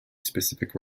specific